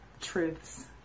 truths